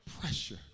pressure